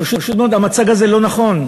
פשוט מאוד, המצג הזה לא נכון.